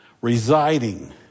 Residing